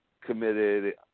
committed